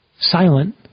Silent